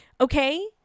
okay